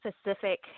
specific